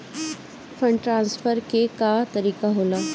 Fund transfer के का तरीका होला?